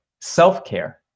self-care